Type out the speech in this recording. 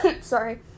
sorry